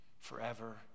forever